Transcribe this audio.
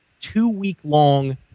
two-week-long